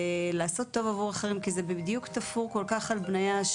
לעשות טוב עבור אחרים כי זה בדיוק תפור כל כך על בניה,